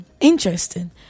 interesting